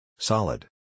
Solid